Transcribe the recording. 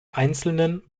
einzelnen